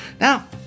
Now